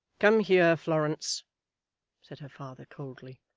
come here, florence said her father, coldly.